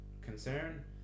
concern